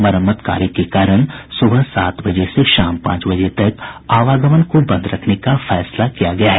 मरम्मत कार्य के कारण सुबह सात बजे से शाम पांच बजे तक आवागमन को बंद रखने का फैसला किया गया है